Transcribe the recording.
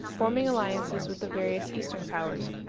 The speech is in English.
forming alliances with the various eastern powers,